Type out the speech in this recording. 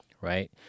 right